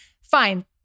Fine